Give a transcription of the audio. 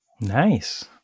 Nice